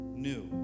new